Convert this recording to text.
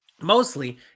Mostly